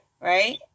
right